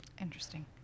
Interesting